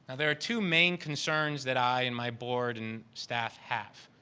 there are two main concerns that i and my board and staff have.